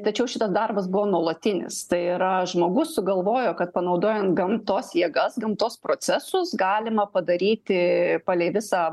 tačiau šitas darbas buvo nuolatinis tai yra žmogus sugalvojo kad panaudojant gamtos jėgas gamtos procesus galima padaryti palei visą